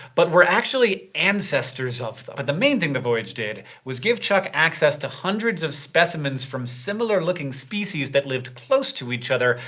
but were actually ancestors of them? but the main thing the voyage did was give chuck access to hundreds of specimens from similar-looking species that lived close to each other,